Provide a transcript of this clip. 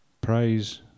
praise